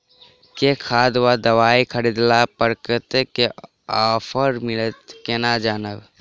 केँ खाद वा दवाई खरीदला पर कतेक केँ ऑफर मिलत केना जानब?